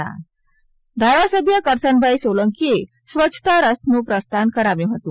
એવી જ રીતે ધારાસભ્ય કરસનભાઈ સોલંકીએ સ્વચ્છતા રથનું પ્રસ્થાન કરાવ્યું હતું